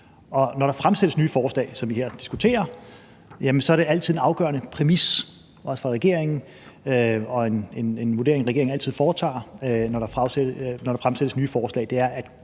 når der fremsættes nye forslag, som vi her diskuterer, så er det altid en afgørende præmis også for regeringen – det er en vurdering, regeringen altid foretager, når der fremsættes nye forslag